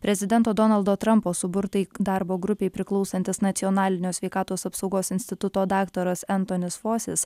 prezidento donaldo trampo suburtai darbo grupei priklausantis nacionalinio sveikatos apsaugos instituto daktaras entonis fosis